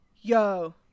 yo